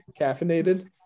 Caffeinated